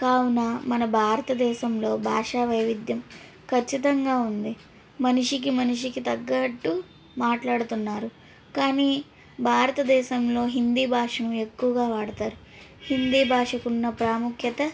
కావున మన భారతదేశంలో భాషా వైవిధ్యం ఖచ్చితంగా ఉంది మనిషికి మనిషికి తగ్గట్టు మాట్లాడుతున్నారు కానీ భారతదేశంలో హిందీ భాషను ఎక్కువగా వాడతారు హిందీ భాషకు ఉన్న ప్రాముఖ్యత